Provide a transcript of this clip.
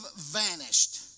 vanished